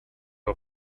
are